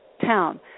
town